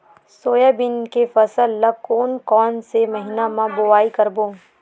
Soybean के फसल ल कोन कौन से महीना म बोआई करबो?